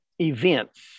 events